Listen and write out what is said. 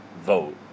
vote